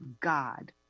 God